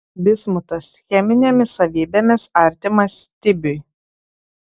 bismutas cheminėmis savybėmis artimas stibiui